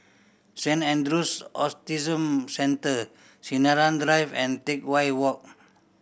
Saint Andrew's Austism Center Sinaran Drive and Teck Whye Walk